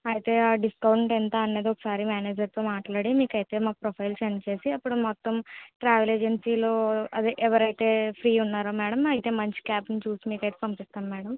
అయితే ఆ డిస్కౌంట్ ఎంత అన్నది ఒకసారి మేనేజర్తో మాట్లాడి మీకైతే మా ప్రొఫైల్ సెండ్ చేసి అప్పుడు మొత్తం ట్రావెల్ ఏజెన్సీలో అదే ఎవరైతే ఫ్రీ ఉన్నారో మేడం అయితే మంచి క్యాబ్ను చూసి మీకైతే పంపిస్తాము మేడం